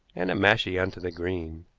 and a mashie on to the green.